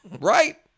Right